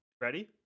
Ready